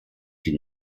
die